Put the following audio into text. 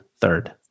Third